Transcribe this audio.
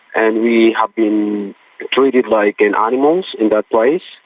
and we have been treated like and animals in that place,